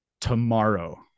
tomorrow